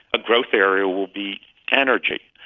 a growth area will be energy.